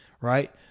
right